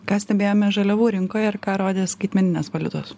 ką stebėjome žaliavų rinkoje ir ką rodė skaitmeninės valiutos